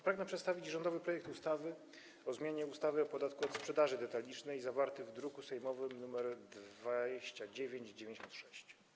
Pragnę przedstawić rządowy projekt ustawy o zmianie ustawy o podatku od sprzedaży detalicznej zawarty w druku sejmowym nr 2996.